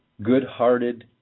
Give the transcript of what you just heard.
good-hearted